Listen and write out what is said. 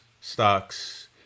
stocks